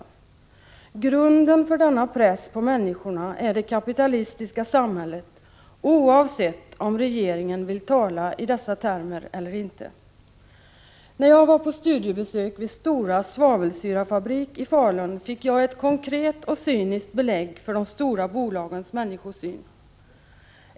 Grunden för denna press på människorna är det kapitalistiska samhället, oavsett om regeringen vill tala i dessa termer eller inte. När jag var på studiebesök vid Storas svavelsyrefabrik i Falun fick jag ett konkret och cyniskt belägg för de stora bolagens människosyn.